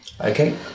Okay